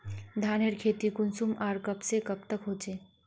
धानेर खेती कुंसम आर कब से कब तक होचे?